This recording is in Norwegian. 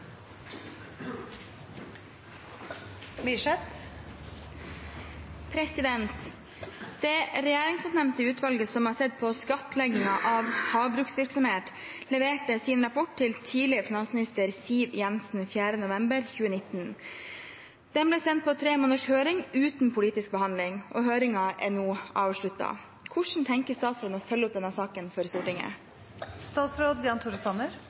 regjeringsoppnevnte utvalget som har sett på skattlegging av havbruksvirksomhet, leverte sin rapport til tidligere finansminister Siv Jensen 4. november 2019. NOU 2019: 18 ble sendt på 3 måneders høring uten politisk behandling, og høringen er nå avsluttet. Hvordan tenker statsråden å følge opp saken overfor Stortinget?»